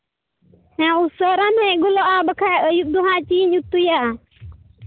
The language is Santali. ᱦᱮᱸ ᱩᱥᱟᱹᱨᱟᱢ ᱦᱮᱡ ᱜᱚᱫᱚᱜᱼᱟ ᱵᱟᱠᱷᱟᱱ ᱟᱹᱭᱩᱵ ᱫᱚ ᱦᱟᱸᱜ ᱪᱮᱫ ᱤᱧ ᱩᱛᱩᱭᱟ